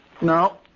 No